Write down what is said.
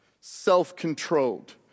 self-controlled